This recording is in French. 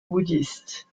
bouddhiste